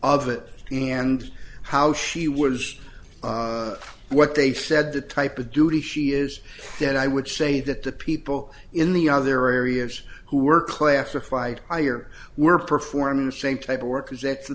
of it and how she wished what they said the type of duty she is then i would say that the people in the other areas who were classified higher were performing the same type of work as that's the